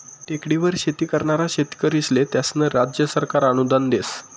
टेकडीवर शेती करनारा शेतकरीस्ले त्यास्नं राज्य सरकार अनुदान देस